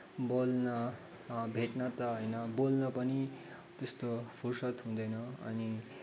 बोल्न भेट्न त होइन बोल्न पनि त्यस्तो फुर्सद हुँदैन अनि